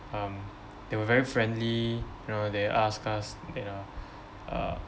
um they were very friendly you know they asked us you know uh